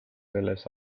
selles